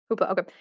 Okay